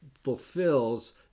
fulfills